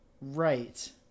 Right